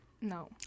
No